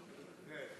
האלה?